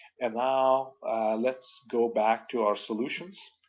and now let's go back to our solutions,